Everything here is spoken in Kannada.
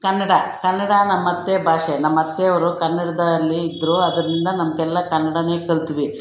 ಕನ್ನಡ ಕನ್ನಡ ನಮ್ಮ ಅತ್ತೆ ಭಾಷೆ ನಮ್ಮ ಅತ್ತೆಯವರು ಕನ್ನಡದಲ್ಲಿ ಇದ್ದರು ಅದರಿಂದ ನಮಗೆಲ್ಲ ಕನ್ನಡನೇ ಕಲ್ತ್ವಿ